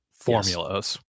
formulas